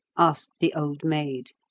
asked the old maid,